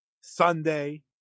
Sunday